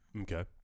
Okay